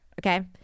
okay